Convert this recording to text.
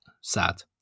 Sad